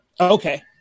Okay